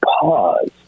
pause